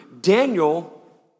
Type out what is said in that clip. Daniel